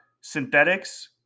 synthetics